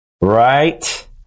Right